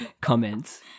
comments